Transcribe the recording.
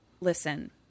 listen